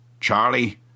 Charlie